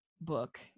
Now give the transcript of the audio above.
book